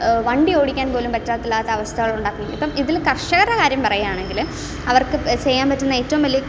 വണ്ടിയോടിക്കാൻ പോലും പറ്റത്തില്ലാത്ത അവസ്ഥകൾ ഉണ്ടാക്കുന്നു ഇപ്പം ഇതിൽ കർഷകരുടെ കാര്യം പറയുകയാണെങ്കിൽ അവർക്ക് ചെയ്യാൻ പറ്റുന്ന ഏറ്റവും വലിയ